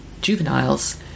juveniles